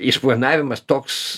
išplanavimas toks